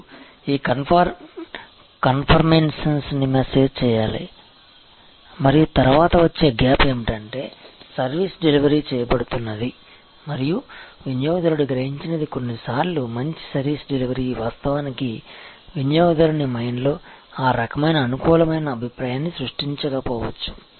మీరు ఈ కన్ఫార్మెన్స్ని మేనేజ్ చేయాలి మరియు తరువాత వచ్చే గ్యాప్ ఏమిటంటే సర్వీస్ డెలివరీ చేయబడుతున్నది మరియు వినియోగదారుడు గ్రహించినది కొన్నిసార్లు మంచి సర్వీస్ డెలివరీ వాస్తవానికి వినియోగదారుని మైండ్లో ఆ రకమైన అనుకూలమైన అభిప్రాయాన్ని సృష్టించకపోవచ్చు